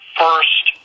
first